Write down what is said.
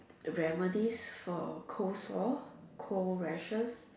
remedies for cold sore cold rashes